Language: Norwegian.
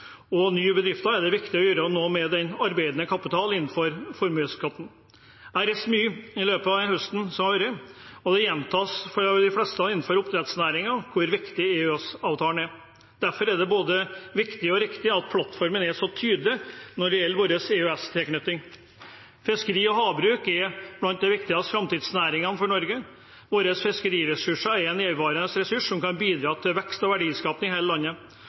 og nye bedrifter, er det viktig å gjøre noe med formuesskatten på arbeidende kapital. Jeg har reist mye i løpet av høsten som har vært, og det gjentas av de fleste innenfor oppdrettsnæringen hvor viktig EØS-avtalen er. Derfor er det både viktig og riktig at plattformen er så tydelig når det gjelder vår tilknytning til EØS. Fiskeri og havbruk er blant de viktigste framtidsnæringene for Norge. Våre fiskeriressurser er en evigvarende ressurs som kan bidra til vekst og verdiskaping her i landet